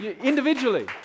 Individually